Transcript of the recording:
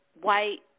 white